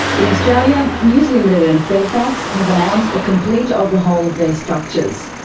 in australia, news limited and fairfax have announced a complete overhaul of their structures.